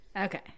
Okay